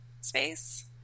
space